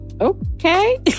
Okay